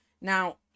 Now